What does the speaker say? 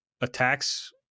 attacks